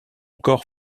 corps